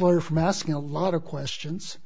lawyer from asking a lot of questions